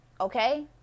okay